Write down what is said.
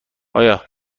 اینجا